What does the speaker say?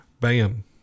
bam